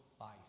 life